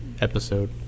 episode